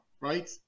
right